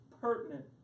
pertinent